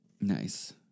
Nice